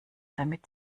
damit